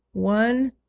one,